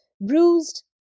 Bruised